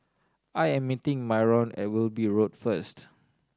I am meeting Myron at Wilby Road first